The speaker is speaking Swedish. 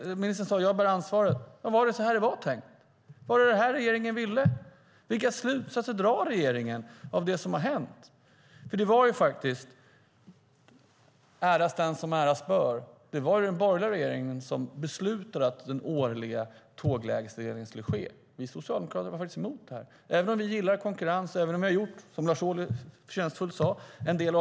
Ministern säger: Jag bär ansvaret. Var det så här det var tänkt? Var det detta regeringen ville? Vilka slutsatser drar regeringen av det som har hänt? Äras den som äras bör. Det var den borgerliga regeringen som beslutade att den årliga tåglägesavregleringen skulle ske. Vi socialdemokrater var emot det, även om vi gillar konkurrens och gjort en del avregleringar, som Lars Ohly förtjänstfullt sade.